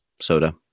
soda